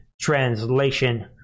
Translation